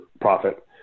profit